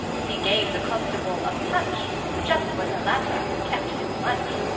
he gave the constable a punch just where the latter kept his lunch.